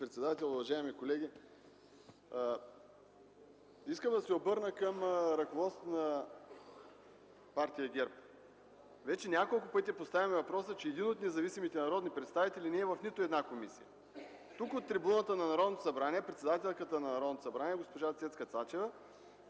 председател, уважаеми колеги, искам да се обърна към ръководството на Партия ГЕРБ: вече няколко пъти поставяме въпроса, че един от независимите народни представители не е в нито една комисия. Тук, от трибуната на Народното събрание, председателят на Народното събрание госпожа Цецка Цачева